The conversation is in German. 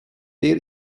der